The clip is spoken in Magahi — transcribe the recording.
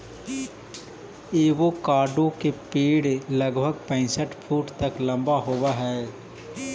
एवोकाडो के पेड़ लगभग पैंसठ फुट तक लंबा होब हई